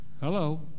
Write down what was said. Hello